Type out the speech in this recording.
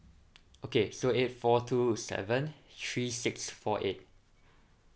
okay so eight four two seven three six four eight